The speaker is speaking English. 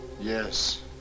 Yes